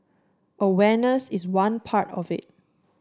awareness is one part of it